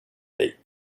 date